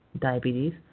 diabetes